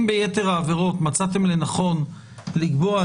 אם ביתר העבירות מצאתם לנכון לקבוע,